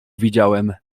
widziałem